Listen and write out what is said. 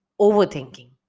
overthinking